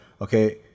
Okay